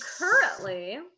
currently